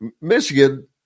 Michigan